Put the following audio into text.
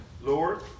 Lord